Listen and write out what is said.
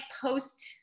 post